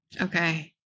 Okay